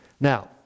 Now